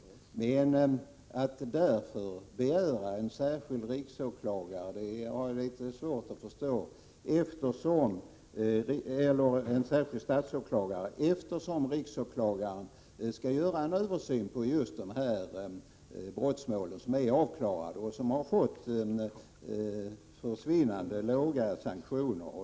Att man med anledning därav skulle begära en särskild statsåklagare har jag litet svårt att förstå, eftersom riksåklagaren skall göra en översyn av just dessa brottmål som är avklarade och som har lett till förvånande låga sanktioner.